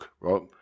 right